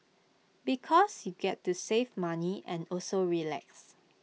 because you get to save money and also relax